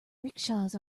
rickshaws